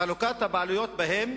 חלוקת הבעלויות בהן